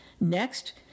Next